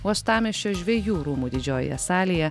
uostamiesčio žvejų rūmų didžiojoje salėje